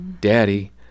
Daddy